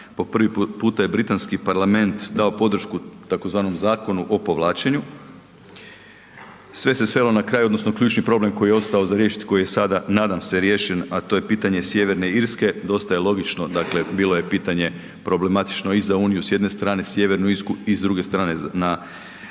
po prvi puta je Britanski parlament dao podršku tzv. zakonu o povlačenju. Sve se svelo na kraju, odnosno ključni problem koji je ostao za riješiti, koji je sada nadam se riješen a to je pitanje Sjeverne Irske, dosta je logično, dakle bilo je pitanje problematično iza Uniju s jedne strane, Sjevernu Irsku i s druge strane na, pitanje